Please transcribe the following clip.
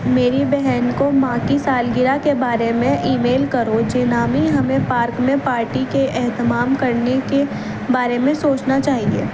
میری بہن کو ماں کی سالگرہ کے بارے میں ای میل کرو جینامی ہمیں پارک میں پارٹی کے اہتمام کرنے کے بارے میں سوچنا چاہیے